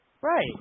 Right